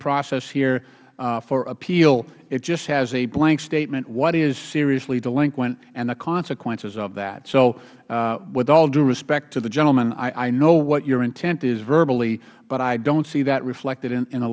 process here for appeal it just has a blank statement of what is seriously delinquent and the consequences of that so with all due respect to the gentlemen i know what your intent is verbally but i dont see that reflected